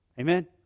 amen